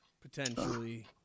potentially